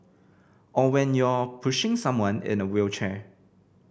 or when you're pushing someone in a wheelchair